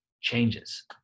changes